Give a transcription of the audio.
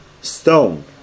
stone